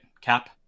Cap